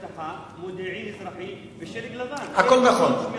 אבטחה", "מודיעין אזרחי" ו"שלג לבן" הכול נכון.